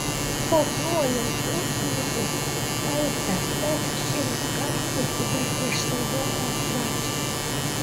po kruojos užkulisius lff šiemet kapstėsi dar prieš sezono pradžią